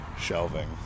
Shelving